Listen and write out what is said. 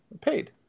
paid